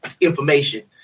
information